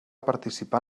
participar